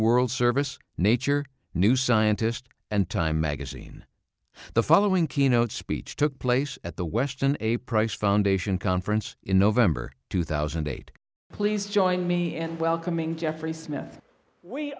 world service nature new scientist and time magazine the following keynote speech took place at the weston a price foundation conference in november two thousand and eight please join me and welcoming jeffrey smith we